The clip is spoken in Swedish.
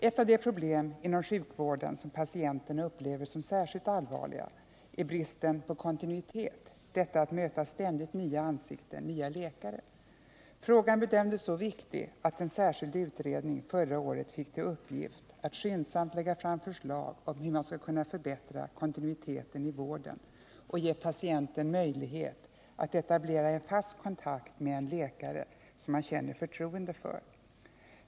Ett av de problem inom sjukvården som patienterna upplever som särskilt allvarligt är bristen på kontinuitet — detta att möta ständigt nya ansikten, nya läkare. Frågan bedömdes så viktig att en särskild utredning förra året fick i uppgift att skyndsamt lägga fram förslag om hur man skall kunna förbättra kontinuiteten i vården och ge patienten möjlighet att etablera en fast kontakt med en läkare som han känner förtroende för.